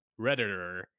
Redditor